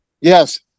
yes